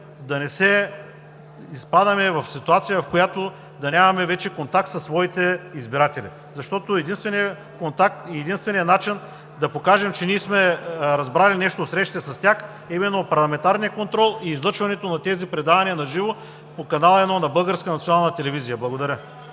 да не изпадаме в ситуация, в която да нямаме вече контакт със своите избиратели. Единственият контакт, единственият начин да покажем, че сме разбрали нещо от срещите си с тях, е парламентарният контрол и излъчването на тези предавания на живо по Канал 1 на Българската